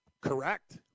Correct